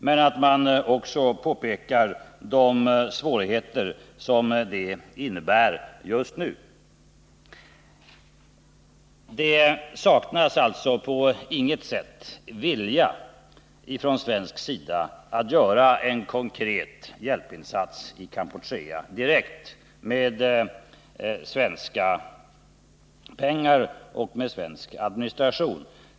Men man har också påpekat de svårigheter som det innebär att just nu utnyttja detta erbjudande. Det saknas alltså på inget sätt vilja från svensk sida att göra en konkret hjälpinsats i Kampuchea direkt med svenska pengar och med svensk administration.